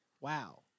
wow